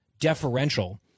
deferential